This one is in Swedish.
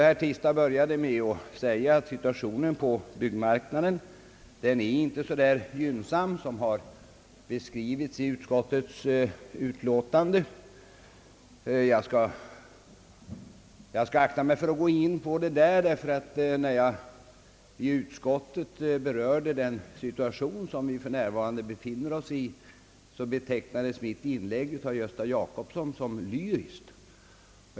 Herr Tistad började med att säga, att situationen på byggnadsmarknaden inte är så gynnsam som har beskrivits i utskottets utlåtande. Jag skall akta mig för att gå in på detta. När jag i utskottet berörde den nuvarande situationen, betecknades mitt inlägg av herr Gösta Jacobsson som »lyriskt».